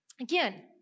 again